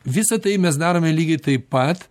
visa tai mes darome lygiai taip pat